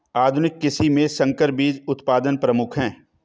आधुनिक कृषि में संकर बीज उत्पादन प्रमुख है